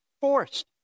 forced